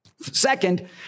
Second